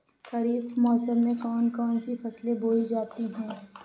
खरीफ मौसम में कौन कौन सी फसलें बोई जाती हैं?